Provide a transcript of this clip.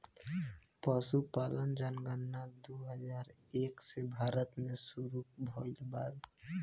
पसुपालन जनगणना दू हजार एक से भारत मे सुरु भइल बावे